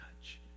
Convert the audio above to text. touch